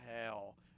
hell